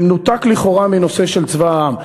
במנותק לכאורה מהנושא של צבא העם.